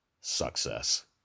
success